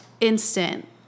instant